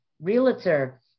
realtor